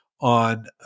on